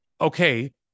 Okay